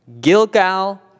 Gilgal